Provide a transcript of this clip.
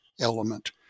element